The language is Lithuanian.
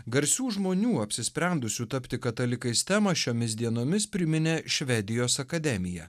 garsių žmonių apsisprendusių tapti katalikais temą šiomis dienomis priminė švedijos akademija